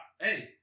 Hey